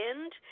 end